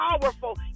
powerful